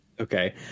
Okay